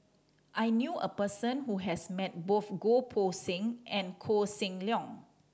I knew a person who has met both Goh Poh Seng and Koh Seng Leong